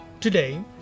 Today